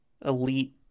elite